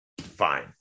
Fine